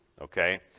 Okay